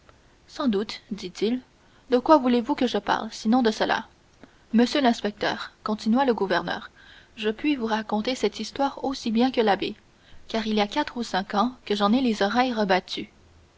sans doute dit-il de quoi voulez-vous que je parle sinon de cela monsieur l'inspecteur continua le gouverneur je puis vous raconter cette histoire aussi bien que l'abbé car il y a quatre ou cinq ans que j'en ai les oreilles rebattues